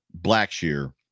Blackshear